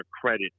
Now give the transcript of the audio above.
credit